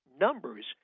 numbers